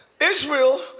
Israel